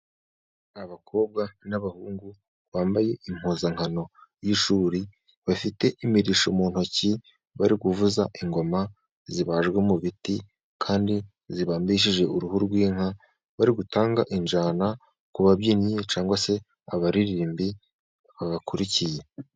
Abakobwa n'abahungu bambaye impuzankano y'ishuri bafite imirishyo mu ntoki, bari kuvuza ingoma zibajwe mu biti, kandi zibambishije uruhu rw'inka, bari gutanga injyana ku babyinnyi cyangwa se abaririmbyi babakurikiye.